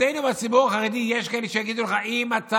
אצלנו בציבור החרדי יש כאלה שיגידו לך שאם אתה